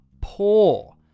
poor